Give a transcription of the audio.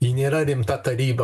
ji nėra rimta taryba